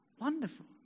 wonderful